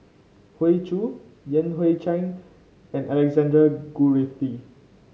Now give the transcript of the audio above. Hoey Choo Yan Hui Chang and Alexander Guthrie